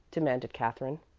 demanded katherine.